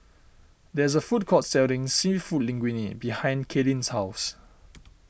there is a food court selling Seafood Linguine behind Cailyn's house